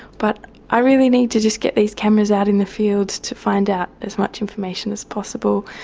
but i really need to just get these cameras out in the field to find out as much information as possible.